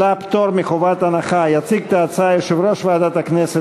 79 בעד,